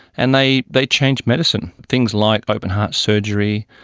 and they they changed medicine. things like open-heart surgery,